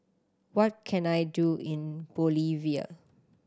what can I do in Bolivia